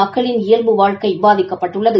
மக்களின் இயல்பு வாழ்க்கை பாதிக்கப்பட்டுள்ளது